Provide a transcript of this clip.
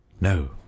No